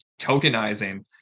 tokenizing